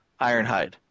Ironhide